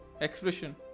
expression